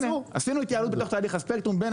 עשינו תהליך בתוך תהליך הספקטרום בין